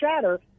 shatter